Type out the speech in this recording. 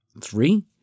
Three